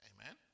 Amen